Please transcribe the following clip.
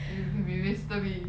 and you can be mister bean